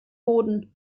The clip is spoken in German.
boden